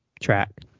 track